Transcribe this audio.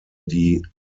die